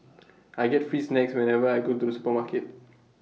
I get free snacks whenever I go to the supermarket